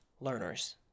learners